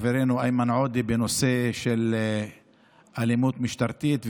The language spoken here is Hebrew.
חברנו איימן עודה בנושא של אלימות משטרתית.